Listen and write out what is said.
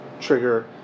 Trigger